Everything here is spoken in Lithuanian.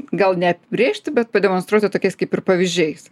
gal ne apibrėžti bet pademonstruoti tokiais kaip ir pavyzdžiais